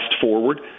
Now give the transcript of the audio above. forward